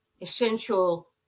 essential